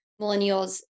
millennials